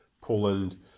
Poland